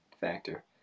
factor